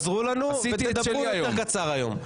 תעזרו לנו, ותדברו יותר בקצרה היום.